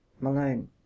Malone